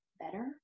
better